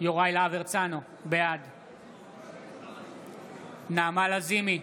יוראי להב הרצנו, בעד נעמה לזימי,